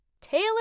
Taylor